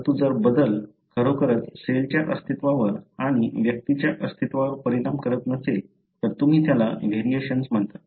परंतु जर बदल खरोखरच सेलच्या अस्तित्वावर आणि व्यक्तीच्या अस्तित्वावर परिणाम करत नसेल तर तुम्ही त्याला व्हेरिएशन म्हणता